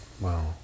Wow